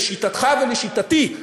לשיטתך ולשיטתי,